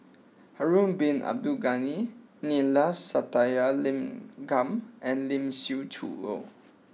Harun Bin Abdul Ghani Neila Sathyalingam and Lee Siew Choh